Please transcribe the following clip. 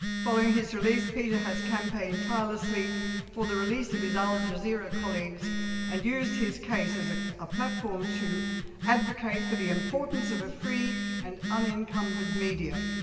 following his release, peter has campaigned tirelessly for the release of his al jazeera colleagues and used his case as ah a platform to advocate for the importance of a free and unencumbered media.